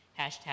hashtag